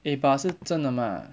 eh but 是真的吗